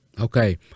okay